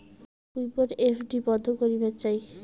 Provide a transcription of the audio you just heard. মুই মোর এফ.ডি বন্ধ করিবার চাই